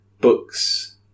books